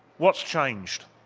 what's changed,